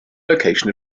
location